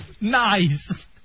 Nice